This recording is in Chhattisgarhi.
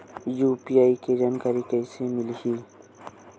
यू.पी.आई के जानकारी कइसे मिलही?